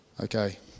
Okay